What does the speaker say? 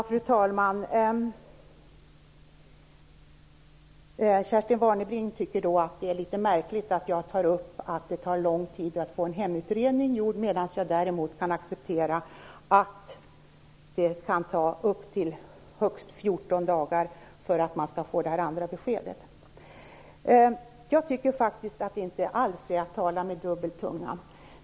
Fru talman! Kerstin Warnerbring tycker att det är litet märkligt att jag anser att det tar lång tid att få en hemutredning gjord medan jag däremot kan acceptera att det kan ta högst 14 dagar att få det andra beskedet. Jag tycker inte alls att det är att tala med kluven tunga.